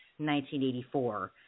1984